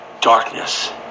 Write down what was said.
darkness